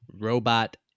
robot